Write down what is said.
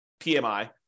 PMI